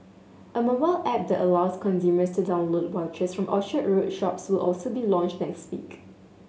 a mobile app that allows consumers to download vouchers from Orchard Road shops will also be launched next week